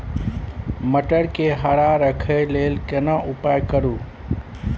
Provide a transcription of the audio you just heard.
मटर के हरा रखय के लिए केना उपाय करू?